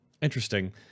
Interesting